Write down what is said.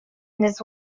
this